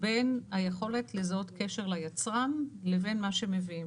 בין היכולת לזהות קשר ליצרן לבין מה שמביאים.